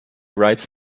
writes